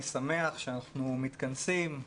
אני שמח שאנחנו מתכנסים,